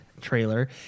trailer